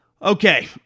Okay